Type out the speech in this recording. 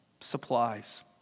supplies